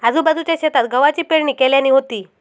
आजूबाजूच्या शेतात गव्हाची पेरणी केल्यानी होती